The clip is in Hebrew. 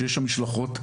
שש המשלחות,